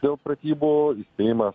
dėl pratybų įspėjimas